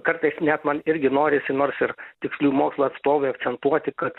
kartais net man irgi norisi nors ir tikslių mokslų atstovui akcentuoti kad